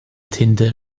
tinte